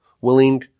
willing